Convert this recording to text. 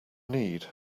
need